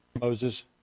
Moses